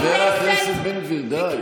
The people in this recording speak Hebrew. חבר הכנסת בן גביר, די.